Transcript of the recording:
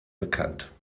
bekannt